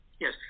Yes